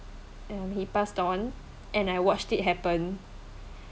um he passed on and I watched it happen